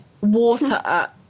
Water